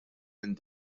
minn